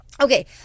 Okay